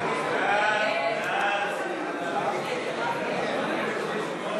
הודעת הממשלה על שינוי בחלוקת התפקידים בממשלה